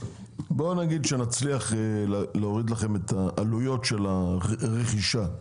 בוא נגיד שנצליח להוריד את עלויות הרכישה,